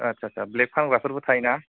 आच्छा आच्छा ब्लेक फानग्रा फोरबो थायो ना